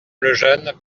lejeune